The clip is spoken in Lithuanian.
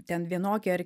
ten vienokie ar